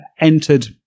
entered